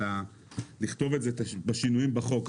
לכתוב את השינויים בחוק.